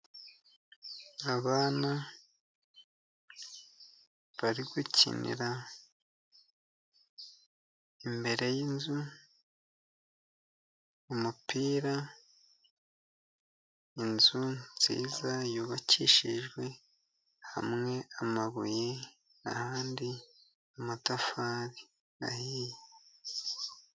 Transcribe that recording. Abana bari gukinira imbere y'inzu umupira, inzu nziza yubakishijwe hamwe amabuye ahandi amatafari ahiye.